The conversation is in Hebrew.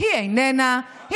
שנייה בוועדה,